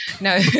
no